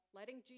letting